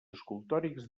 escultòrics